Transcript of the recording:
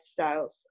lifestyles